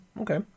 Okay